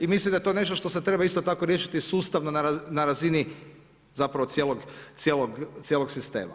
I mislim da je to nešto što se treba isto tako riješiti sustavno na razini zapravo cijelog sistema.